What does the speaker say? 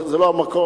זה לא המקום.